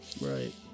right